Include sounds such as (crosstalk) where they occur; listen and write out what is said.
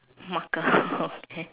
marker (laughs) okay